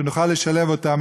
כדי שנוכל לשלב אותם,